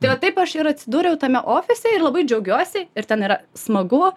tai taip aš ir atsidūriau tame ofise ir labai džiaugiuosi ir ten yra smagu